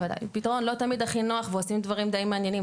פתרון לא תמיד הכי נוח, ועושים דברים די מעניינים.